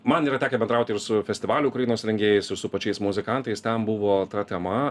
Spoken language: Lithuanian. man yra tekę bendrauti ir su festivalių ukrainos rengėjai su pačiais muzikantais ten buvo ta tema